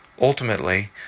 Ultimately